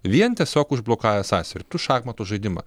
vien tiesiog užblokavęs sąsiaurį tu šachmatų žaidimą